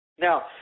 Now